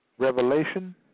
Revelation